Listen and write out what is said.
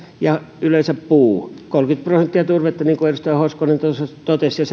ja yleensä puu kolmekymmentä prosenttia turvetta niin kuin edustaja hoskonen tuossa totesi ja